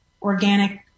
organic